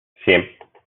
семь